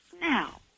now